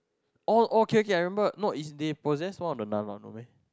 oh oh okay okay I remember no is they possess one of the nun mah no meh